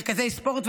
מרכזי ספורט,